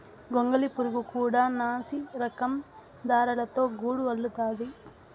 గొంగళి పురుగు కూడా నాసిరకం దారాలతో గూడు అల్లుతాది